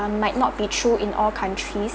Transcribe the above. uh might not be true in all countries